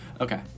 Okay